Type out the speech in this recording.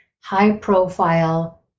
high-profile